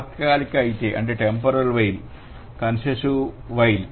తాత్కాలిక అయితే కనసిశివ్ వైల్